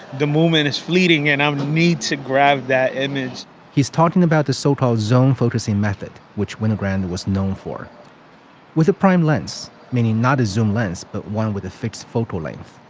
the moment is fleeting and i'm gonna need to grab that image he's talking about the so-called zone focusing method, which winogrand was known for with a prime lens, meaning not a zoom lens, but one with a fixed focal length.